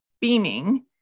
beaming